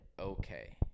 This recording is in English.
okay